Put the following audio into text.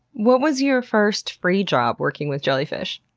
what was your first free job working with jellyfish?